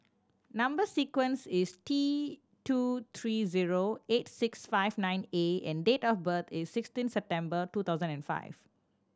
number sequence is T two three zero eight six five nine A and date of birth is sixteen September two thousand and five